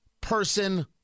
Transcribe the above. person